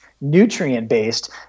nutrient-based